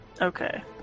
Okay